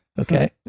okay